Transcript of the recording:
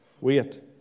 Wait